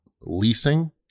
leasing